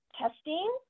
testing